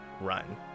run